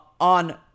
On